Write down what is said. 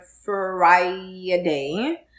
Friday